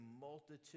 multitude